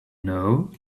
know